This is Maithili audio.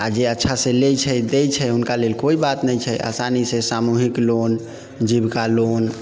आओर जे अच्छासँ लै छै दै छै हुनका लेल कोइ बात नहि छै आसानीसँ सामूहिक लोन जीविका लोन